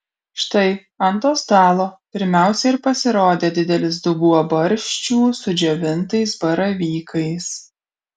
štai ant to stalo pirmiausia ir pasirodė didelis dubuo barščių su džiovintais baravykais